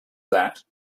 that